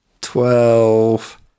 Twelve